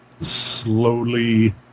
slowly